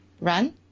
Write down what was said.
run